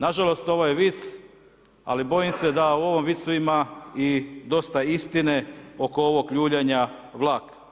Nažalost ovo je vic, ali bojim se da u ovom vicu ima i dosta istine oko ovog ljuljana vlaka.